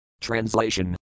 Translation